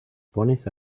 pones